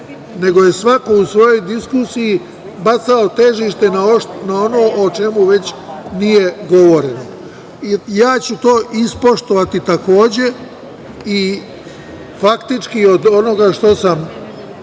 nego je svako u svojoj diskusiji bacao težište na ono o čemu već nije govoreno. Ja ću to ispoštovati, takođe i faktički od onoga što sam